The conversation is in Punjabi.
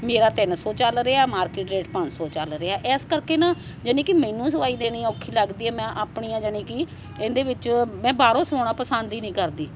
ਮੇਰਾ ਤਿੰਨ ਸੌ ਚੱਲ ਰਿਹਾ ਮਾਰਕੀਟ ਰੇਟ ਪੰਜ ਸੌ ਚੱਲ ਰਿਹਾ ਇਸ ਕਰਕੇ ਨਾ ਯਾਨੀ ਕਿ ਮੈਨੂੰ ਸਵਾਈ ਦੇਣੀ ਔਖੀ ਲੱਗਦੀ ਹੈ ਮੈਂ ਆਪਣੀਆਂ ਯਾਨੀ ਕਿ ਇਹਦੇ ਵਿੱਚ ਮੈਂ ਬਾਹਰੋਂ ਸਵਾਉਣਾ ਪਸੰਦ ਹੀ ਨਹੀਂ ਕਰਦੀ